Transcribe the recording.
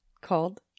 called